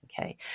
okay